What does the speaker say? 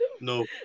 no